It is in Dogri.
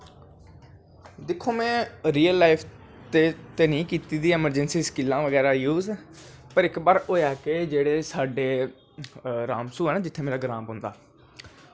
दिक्खो में रियल लाईफ च ते नेईं कीती दियां हैन अमरजैंसी स्किल्लां बगैरा यूज़ पर इक बार होआ कि साढ़े रामसूह् ऐ नी जित्थें मेरा ग्रांऽ पौंदा